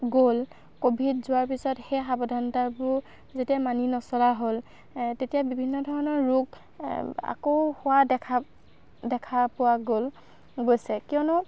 গ'ল ক'ভিড যোৱাৰ পিছত সেই সাৱধানতাবোৰ যেতিয়া মানি নচলা হ'ল তেতিয়া বিভিন্ন ধৰণৰ ৰোগ আকৌ হোৱা দেখা দেখা পোৱা গ'ল গৈছে কিয়নো